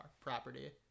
property